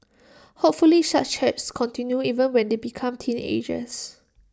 hopefully such chats continue even when they become teenagers